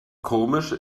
komisch